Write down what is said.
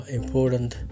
important